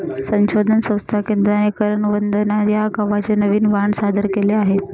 संशोधन संस्था केंद्राने करण वंदना या गव्हाचे नवीन वाण सादर केले आहे